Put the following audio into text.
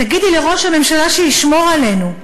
תגידי לראש הממשלה שישמור עלינו.